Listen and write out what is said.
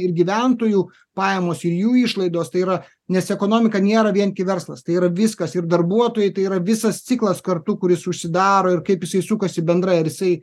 ir gyventojų pajamos ir jų išlaidos tai yra nes ekonomika nėra vien gi verslas tai yra viskas ir darbuotojai tai yra visas ciklas kartu kuris užsidaro ir kaip jisai sukasi bendrai ar jisai